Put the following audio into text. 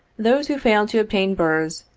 those who failed to obtain berths,